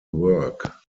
work